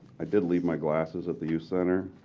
i did leave my glasses at the youth center,